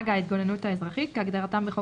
כאן אולי נבהיר: